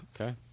Okay